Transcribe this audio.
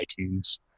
iTunes